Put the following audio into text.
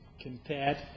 compared